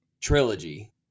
trilogy